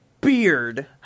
beard